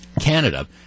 Canada